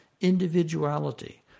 individuality